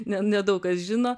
ne nedaug kas žino